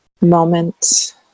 moment